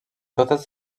totes